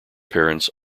parents